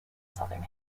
southern